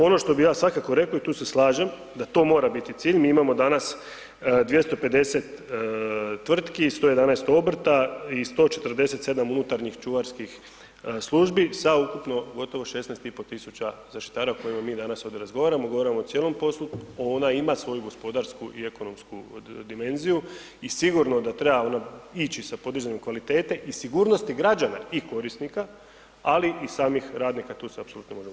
Ono što bi ja svakako rekao i tu se slažem da to mora biti cilj, mi imamo danas 250 tvrtki i 111 obrta i 147 unutarnjih čuvarskih službi sa ukupno gotovo 16,500 zaštitara o kojima mi danas ovdje razgovaramo, govorimo o cijelom … ona ima svoju gospodarsku i ekonomsku dimenziju i sigurno da treba ići sa podizanjem kvalitete i sigurnosti građana i korisnika, ali samih radnika tu se apsolutno možemo složiti.